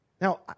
Now